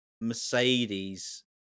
Mercedes